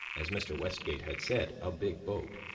as mr. westgate had said, a big boat,